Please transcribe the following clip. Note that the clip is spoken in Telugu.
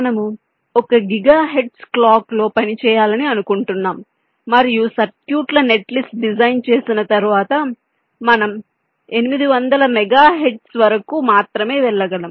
మనము ఒక గిగా హెర్ట్జ్ క్లాక్ లో పనిచేయాలని అనుకుంటున్నాం మరియు సర్క్యూట్ల నెట్లిస్ట్ డిజైన్ చేసిన తర్వాత మనం 800 మెగా హెర్ట్జ్ వరకు మాత్రమే వెళ్ళగలం